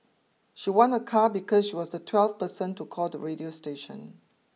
she won a car because she was the twelfth person to call the radio station